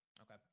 Okay